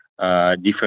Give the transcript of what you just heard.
Different